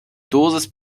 dosis